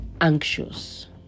anxious